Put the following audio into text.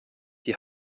die